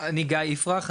אני גיא יפרח,